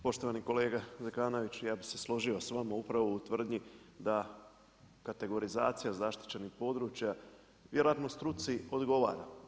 Poštovani kolega Zekanović, ja bih se složio s vama upravo u tvrdnji da kategorizacija zaštićenih područja vjerojatno struci odgovara.